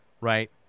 right